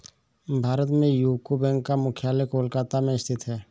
भारत में यूको बैंक का मुख्यालय कोलकाता में स्थित है